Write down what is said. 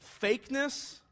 Fakeness